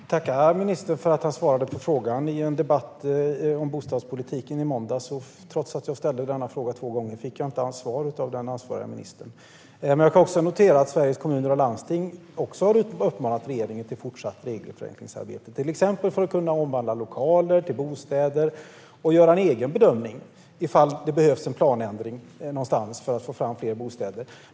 Herr talman! Jag tackar ministern för att han svarade på frågan. I en debatt i måndags om bostadspolitiken fick jag, trots att jag ställde frågan två gånger, inte svar av den ansvarige ministern. Jag kan notera att även Sveriges Kommuner och Landsting har uppmanat regeringen till fortsatt regelförenklingsarbete, till exempel för att kunna omvandla lokaler till bostäder, och till att göra en egen bedömning av ifall det behövs en planändring någonstans för att få fram fler bostäder.